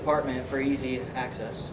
apartment for easy access